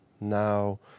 Now